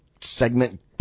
segment